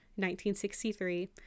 1963